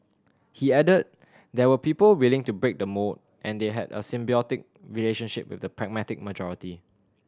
he added there were people willing to break the mould and they had a symbiotic relationship with the pragmatic majority